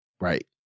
Right